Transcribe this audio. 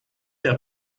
der